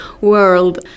world